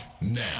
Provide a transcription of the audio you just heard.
now